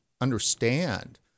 understand